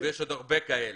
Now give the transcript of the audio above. ויש עוד הרבה כאלה.